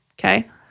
okay